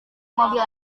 mobil